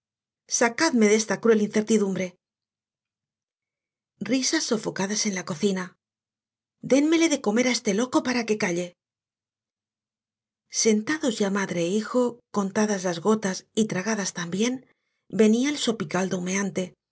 de esta cruel incertidumbre risas sofocadas en la cocina dénmele de comer á este loco para que calle sentados ya madre é hijo contadas las gotas y tragadas también venía el sopicaldo humeante